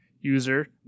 user